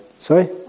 Sorry